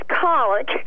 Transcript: colic